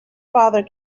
father